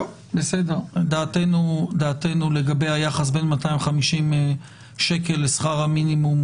דעתנו לגבי היחס בין 250 שקלים לשכר המינימום